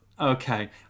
Okay